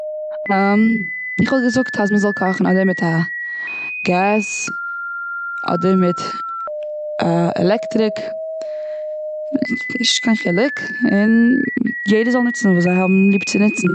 איך וואלט געזאגט אז מ'זאל קאכן אדער מיט א געז אדער מיט א עלעקטריק. נישט קיין חילוק. און יעדער זאל נוצן וואס זיי האבן ליב צו נוצן.